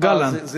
גלנט.